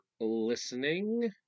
listening